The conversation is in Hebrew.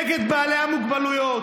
נגד בעלי המוגבלויות,